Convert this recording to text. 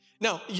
Now